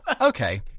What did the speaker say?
Okay